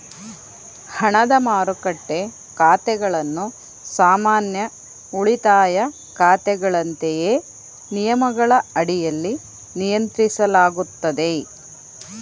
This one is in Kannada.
ಹಣದ ಮಾರುಕಟ್ಟೆ ಖಾತೆಗಳನ್ನು ಸಾಮಾನ್ಯ ಉಳಿತಾಯ ಖಾತೆಗಳಂತೆಯೇ ನಿಯಮಗಳ ಅಡಿಯಲ್ಲಿ ನಿಯಂತ್ರಿಸಲಾಗುತ್ತದೆ